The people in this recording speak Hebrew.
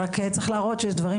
רק צריך להראות שיש דברים